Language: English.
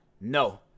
no